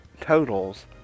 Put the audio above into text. totals